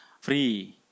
free